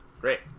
great